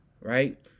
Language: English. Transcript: Right